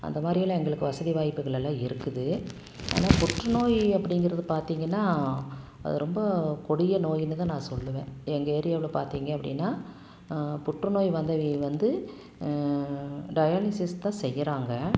அந்த மாதிரிலாம் எங்களுக்கு வசதி வாய்ப்புகள் எல்லாம் இருக்குது ஆனால் புற்றுநோய் அப்படிங்கிறது பார்த்திங்கன்னா அது ரொம்ப கொடிய நோய்ன்னு தான் நான் சொல்லுவேன் எங்கள் ஏரியாவில் பார்த்திங்க அப்படின்னா புற்றுநோய் வந்தவக வந்து டயாலிசிஸ் தான் செய்கிறாங்க